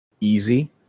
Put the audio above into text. easy